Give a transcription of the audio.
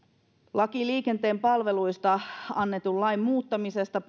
laki liikenteen palveluista annetun lain muuttamisesta